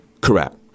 Correct